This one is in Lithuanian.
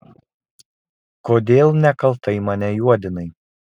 kodėl nekaltai mane juodinai